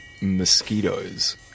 mosquitoes